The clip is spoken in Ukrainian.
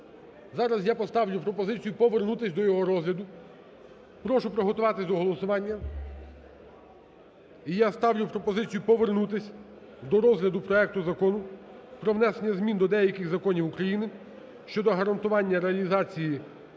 Зараз я поставлю пропозицію повернутись до його розгляду. Прошу приготуватись до голосування. І ставлю пропозицію повернутись до розгляду проекту Закону про внесення змін до деяких законів України щодо гарантування реалізації